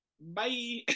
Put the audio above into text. Bye